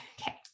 Okay